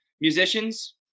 musicians